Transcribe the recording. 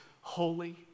holy